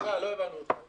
לא, לא הבנו אותך.